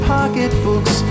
pocketbooks